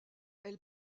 elle